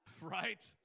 Right